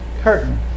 curtain